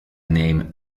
name